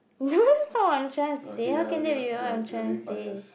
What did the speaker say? no that's not what I'm trying to say how can that be what I'm trying to say